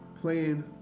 playing